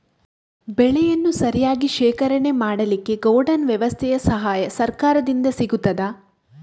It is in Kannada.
ಬೆಳೆಯನ್ನು ಸರಿಯಾಗಿ ಶೇಖರಣೆ ಮಾಡಲಿಕ್ಕೆ ಗೋಡೌನ್ ವ್ಯವಸ್ಥೆಯ ಸಹಾಯ ಸರಕಾರದಿಂದ ಸಿಗುತ್ತದಾ?